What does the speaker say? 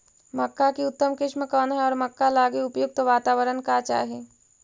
मक्का की उतम किस्म कौन है और मक्का लागि उपयुक्त बाताबरण का चाही?